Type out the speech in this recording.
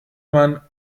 man